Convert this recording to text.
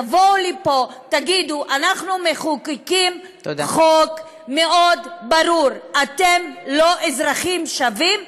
תבואו לפה ותגידו: אנחנו מחוקקים חוק מאוד ברור אתם לא אזרחים שווים,